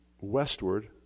westward